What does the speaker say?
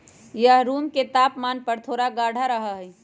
यह रूम के तापमान पर थोड़ा गाढ़ा रहा हई